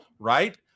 right